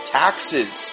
taxes